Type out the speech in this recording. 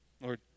Lord